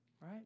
Right